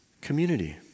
community